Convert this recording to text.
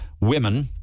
women